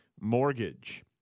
mortgage